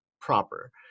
Proper